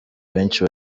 benshi